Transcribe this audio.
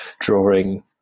drawing